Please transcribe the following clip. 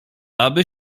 aby